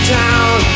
town